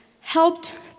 helped